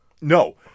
no